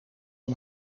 een